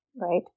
right